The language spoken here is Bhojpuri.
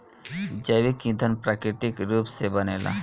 जैविक ईधन प्राकृतिक रूप से बनेला